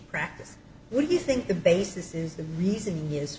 practice what do you think the basis is the reason is